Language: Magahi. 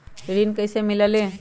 ऋण कईसे मिलल ले?